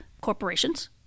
corporations